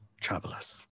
travelers